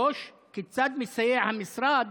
3. כיצד מסייע המשרד